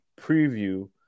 preview